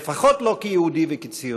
לפחות לא כיהודי וכציוני.